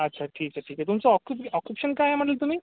अच्छा ठीक आहे ठीक आहे तुमचं ऑक्यु ऑक्युपेशन काय आहे म्हणाले तुम्ही